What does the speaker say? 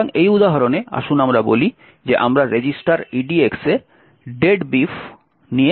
সুতরাং এই উদাহরণে আসুন আমরা বলি যে আমরা রেজিস্টার edx এ ""deadbeef"" নিয়ে যেতে চাই